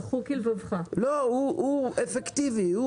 הוא אפקטיבי,